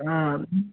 ହଁ